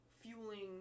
fueling